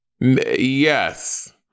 yes